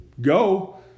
go